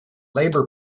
labour